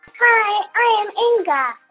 hi, i am inga.